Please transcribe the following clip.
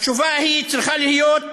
התשובה צריכה להיות,